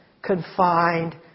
confined